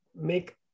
make